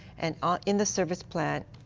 and ah in the service plan,